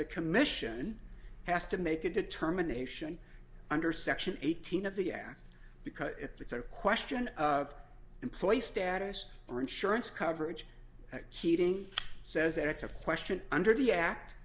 the commission has to make a determination under section eighteen of the act because it's a question in place status for insurance coverage heating says that it's a question under the act